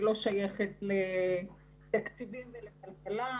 אני לא שייכת לתקציבים ולכלכלה,